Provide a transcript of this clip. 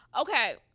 Okay